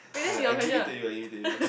I I give it to you I give it to you